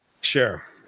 Sure